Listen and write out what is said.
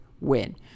win